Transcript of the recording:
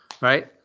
right